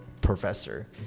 professor